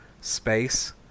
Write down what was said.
space